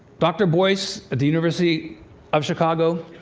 dr. boyce, at the university of chicago,